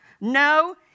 No